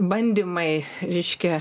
bandymai reiškia